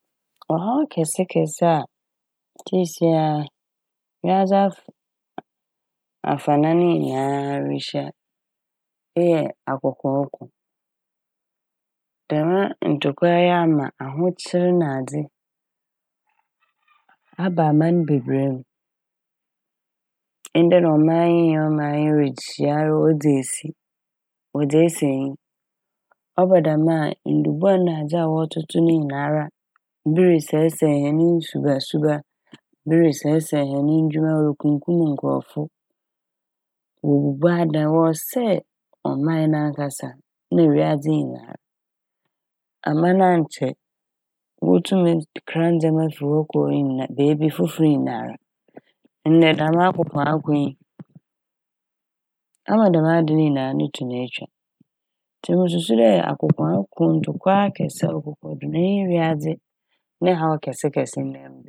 Ɔhaw kɛsekɛse a siisia a wiadze afa- a- afanan nyinaa rehyia eyɛ akokooko. Dɛm ntokwa yi ama ahokyer nadze aba aman bebree mu. Ndɛ na ɔman yi nye ɔman yi rekyea wodzi esi wɔdze esi enyi. Ɔba dɛm a ndubɔn nadze wɔtotow ne nyinara bi resɛesɛe hɛn nsuba nsuba, bi resɛesɛe hɛn ndwuma, rokumkum nkorɔfo, wobubu adan, wɔresɛe ɔman nankasa a na wiadze nyinara. Aman a nkyɛ wotumi kra ndzɛma fi hɔ nyinaa beebi fofor nyinara ndɛ dɛm akoakoakoko yi ama dɛm ade ne nyinaa no tun etwa a ntsi mususu dɛ akoakoko ntokwa akɛse ɔkokɔdo n' ɔno nye wiadze ne haw kɛsekɛse ndɛ mber yi.